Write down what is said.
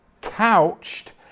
couched